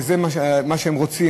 וזה מה שהם רוצים.